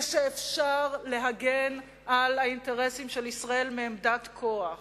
ואפשר להגן על האינטרסים של ישראל מעמדת כוח.